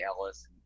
Ellis